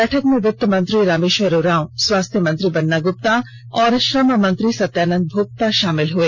बैठक में वित्त मंत्री रामेष्वर उरांव स्वास्थ्य मंत्री बन्ना गुप्ता और श्रम मंत्री सत्यानंद भोगता शामिल हुए